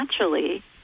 naturally